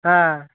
हां